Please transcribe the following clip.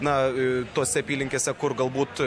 na tose apylinkėse kur galbūt